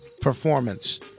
performance